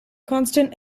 constant